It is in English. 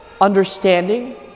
understanding